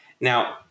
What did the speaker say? Now